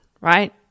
right